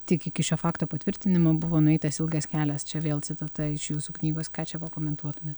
tik iki šio fakto patvirtinimo buvo nueitas ilgas kelias čia vėl citata iš jūsų knygos ką čia pakomentuotumėt